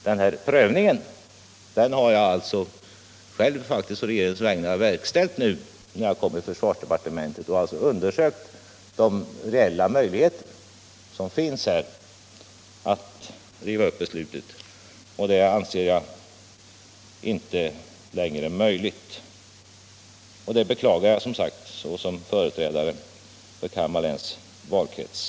Den här prövningen har jag alltså själv faktiskt på regeringens vägnar verkställt sedan jag kom till försvarsdepartementet och undersökt de reella möjligheter som finns att riva upp beslutet, men jag anser det inte längre möjligt. Jag beklagar det som företrädare för Kalmar läns valkrets.